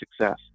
success